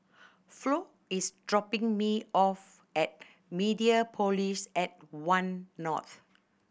Flo is dropping me off at Mediapolis at One North